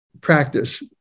practice